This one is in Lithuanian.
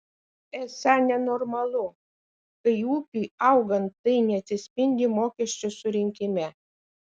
esą nenormalu kai ūkiui augant tai neatsispindi mokesčių surinkime